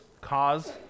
cause